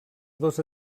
dos